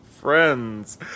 friends